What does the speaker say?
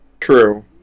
True